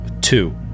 two